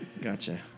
Gotcha